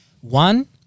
One